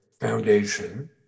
Foundation